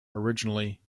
originally